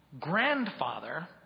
grandfather